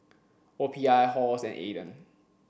O P I Halls and Aden